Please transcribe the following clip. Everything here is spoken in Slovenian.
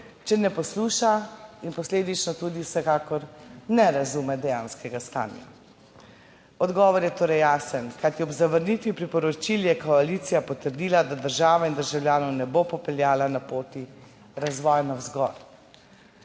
če ne posluša in posledično tudi vsekakor ne razume dejanskega stanja? Odgovor je torej jasen, kajti ob zavrnitvi priporočil je koalicija potrdila, da država in državljanov ne bo popeljala na poti razvoja navzgor.